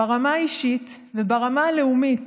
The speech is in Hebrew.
ברמה האישית וברמה הלאומית,